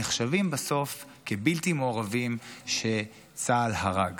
נחשבים בסוף כבלתי מעורבים שצה"ל הרג.